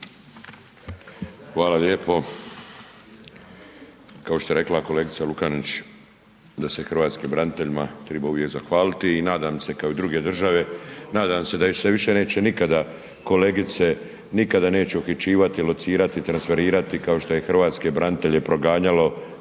Hvala lijepo. Kao što je rekla kolega Lukačić da se hrvatske braniteljima treba uvijek zahvaliti i nadam se kao i druge države, nadam se da se više neće nikada kolegice, nikada neće uhićivati, locirati, transferirati kao što je hrvatske branitelje ono